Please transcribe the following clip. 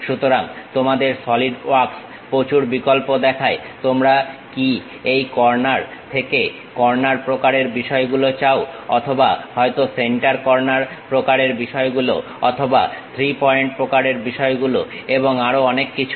সুতরাং তোমাদের SolidWorks প্রচুর বিকল্প দেখায় তোমরা কি এই কর্নার থেকে কর্নার প্রকারের বিষয়গুলো চাও অথবা হয়তো সেন্টার কর্নার প্রকারের বিষয়গুলো অথবা 3 পয়েন্ট প্রকারের বিষয়গুলো এবং আরও অনেক কিছু